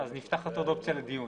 נפתחת עוד אופציה לדיון.